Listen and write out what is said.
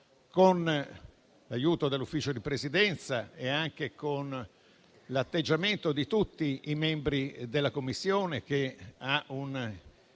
con l'aiuto dell'Ufficio di Presidenza e anche con l'atteggiamento di tutti i membri della Commissione, dove